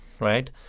right